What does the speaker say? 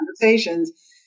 conversations